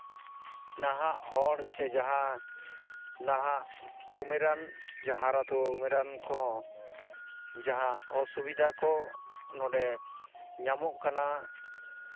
ᱱᱟᱦᱟᱜ ᱦᱚᱲ ᱥᱮ ᱡᱟᱦᱟᱸ ᱱᱟᱦᱟᱜ ᱩᱢᱮᱨᱟᱱ ᱡᱟᱦᱟᱸ ᱦᱟᱨᱟ ᱛᱚ ᱩᱢᱮᱨᱟᱱ ᱠᱚᱦᱚᱸ ᱡᱟᱦᱟᱸ ᱚᱥᱩᱵᱤᱫᱷᱟ ᱠᱚ ᱱᱚᱸᱰᱮ ᱧᱟᱢᱚᱜ ᱠᱟᱱᱟ